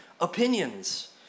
opinions